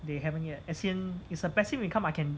they haven't yet as in it's a passive income I can